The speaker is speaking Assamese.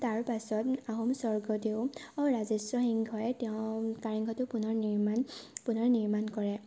তাৰপাছত আহোম স্বৰ্গদেউ অঁ ৰাজেশ্বৰ সিংহই তেওঁ কাৰেংঘৰটো পুনৰ নিৰ্মাণ পুনৰ নিৰ্মাণ কৰে